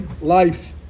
life